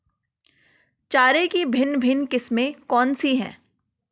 चारे की भिन्न भिन्न किस्में कौन सी हैं?